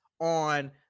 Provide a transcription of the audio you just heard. on